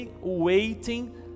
waiting